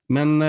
Men